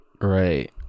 Right